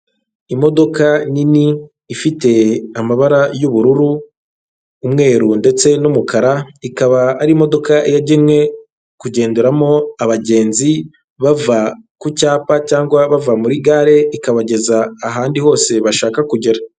Imodoka nini ifite amabara y'ubururu, umweru ndetse n'umukara, ikaba ari imodoka yagenwe kugenderamo abagenzi bava ku cyapa cyangwa bava muri gare ikabageza ahandi hose bashaka kugera.